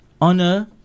Honor